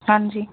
ਹਾਂਜੀ